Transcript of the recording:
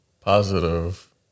positive